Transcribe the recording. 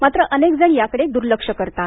मात्र अनेकजण याकडे द्र्लक्ष करतात